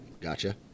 gotcha